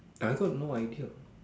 I got no idea